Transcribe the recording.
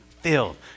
filled